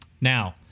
Now